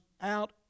out